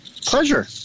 Pleasure